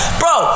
bro